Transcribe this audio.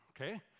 Okay